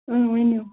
اۭں ؤنِو